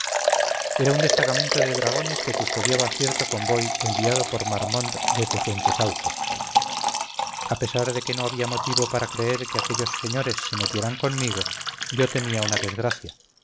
era un destacamento de dragones que custodiaba cierto convoy enviado por marmont desde fuentesaúco a pesar de que no había motivo para creer que aquellos señores se metieran conmigo yo temía una desgracia